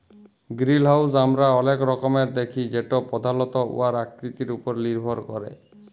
greenhouse আমরা অলেক রকমের দ্যাখি যেট পধালত উয়ার আকৃতির উপর লির্ভর ক্যরে